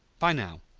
by now,